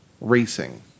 racing